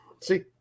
see